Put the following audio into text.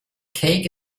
cake